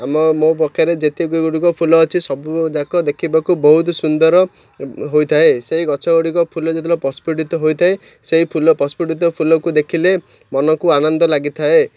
ଆମ ମୋ ପାଖରେ ଯେତିକି ଗୁଡ଼ିକ ଫୁଲ ଅଛି ସବୁଯାକ ଦେଖିବାକୁ ବହୁତ ସୁନ୍ଦର ହୋଇଥାଏ ସେଇ ଗଛ ଗୁଡ଼ିକ ଫୁଲ ଯେତେବେଳେ ପସ୍ଫୁଟିତ ହୋଇଥାଏ ସେଇ ଫୁଲ ପ୍ରସ୍ଫୁଟିତ ଫୁଲକୁ ଦେଖିଲେ ମନକୁ ଆନନ୍ଦ ଲାଗିଥାଏ